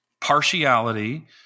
partiality